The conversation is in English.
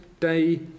day